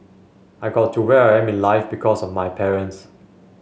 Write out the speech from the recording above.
I got to where I am in life because of my parents